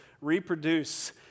reproduce